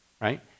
Right